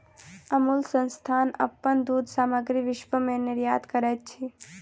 अमूल संस्थान अपन दूध सामग्री विश्व में निर्यात करैत अछि